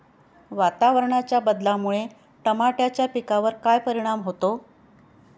वातावरणाच्या बदलामुळे टमाट्याच्या पिकावर काय परिणाम होतो?